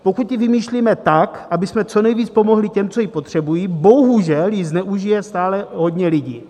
Pokud ji vymýšlíme tak, abychom co nejvíc pomohli těm, co ji potřebují, bohužel ji zneužije stále hodně lidí.